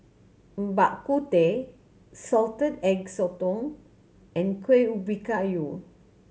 Bak Kut Teh Salted Egg Sotong and Kuih Ubi Kayu